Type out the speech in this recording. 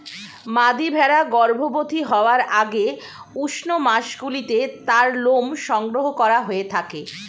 মাদী ভেড়া গর্ভবতী হওয়ার আগে উষ্ণ মাসগুলিতে তার লোম সংগ্রহ করা হয়ে থাকে